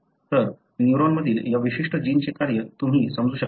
तर न्यूरॉनमधील या विशिष्ट जिनचे कार्य तुम्ही समजू शकणार नाही